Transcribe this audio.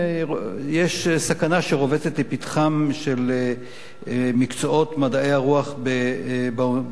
סכנה רובצת לפתחם של מקצועות מדעי הרוח באוניברסיטאות.